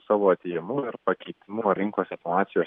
savo atėjimu ir pakeitimu rinkose situacijos